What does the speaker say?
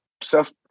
self